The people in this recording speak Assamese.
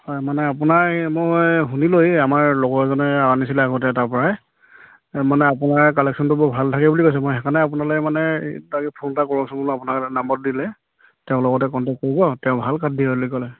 হয় মানে আপোনাৰ মই শুনিলোঁ আমাৰ লগৰ এজনে আনিছিলে আগতে তাৰপৰাই মানে আপোনাৰ কালেকশ্য়নটো বৰ ভাল থাকে বুলি কৈছে মই সেইকাৰণে আপোনালৈ মানে তাকে ফোন এটা কৰকচোন বোলো আপোনাৰ নাম্বাৰটো দিলে তেওঁৰ লগতে কণ্টেক্ট কৰিব তেওঁ ভাল কাঠ দিয়ে বুলি ক'লে